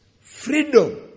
freedom